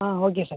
ah okay sir